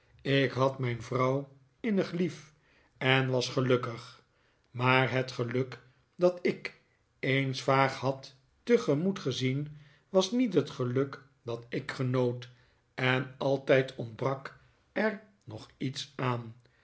ik had mijn vrouw innig lief en was gelukkig maar het geluk dat ik eens vaag had tegemoet gezien was niet het geluk dat ik genoot en altijd ontbrak er nog iets aan